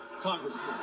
congressman